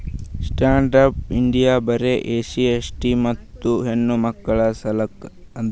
stand up India ಬರೆ SC ST ಮತ್ತ ಹೆಣ್ಣಮಕ್ಕುಳ ಸಲಕ್ ಅದ